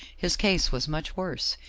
his case was much worse,